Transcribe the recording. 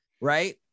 right